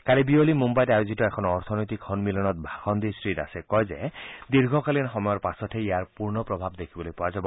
কালি বিয়লি মুম্বাইত আয়োজিত এখন অৰ্থনৈতিক সন্মিলনত ভাষণ দি শ্ৰীদাসে কয় যে দীৰ্ঘকালীন সময়ৰ পাছতহে ইয়াৰ পূৰ্ণ প্ৰভাৱ দেখিবলৈ পোৱা যাব